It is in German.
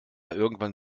irgendwann